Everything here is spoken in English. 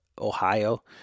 Ohio